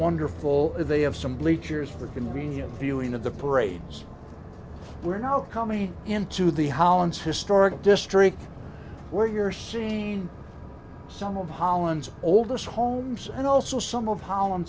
wonderful they have some bleachers for convenience viewing of the parades we're now coming into the hollands historic district where you're seeing some of holland's oldest homes and also some of holl